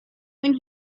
when